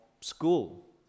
school